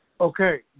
Okay